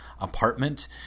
apartment